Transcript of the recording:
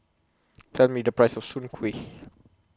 Tell Me The Price of Soon Kuih